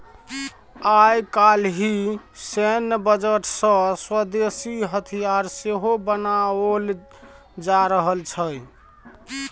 आय काल्हि सैन्य बजट सँ स्वदेशी हथियार सेहो बनाओल जा रहल छै